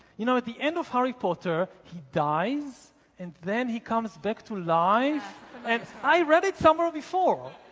you know at the end of harry potter, he dies and then he comes back to life and i read it somewhere before.